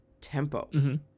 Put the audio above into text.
tempo